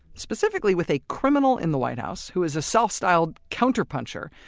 specifically with a criminal in the white house who is a self-styled counter-puncher.